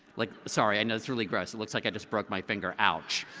like sorry, i know really gross. it looks like i just broke my finger, ouch,